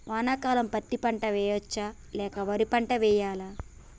వానాకాలం పత్తి పంట వేయవచ్చ లేక వరి పంట వేయాలా?